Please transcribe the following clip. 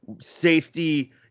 safety